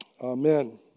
Amen